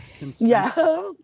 Yes